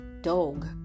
dog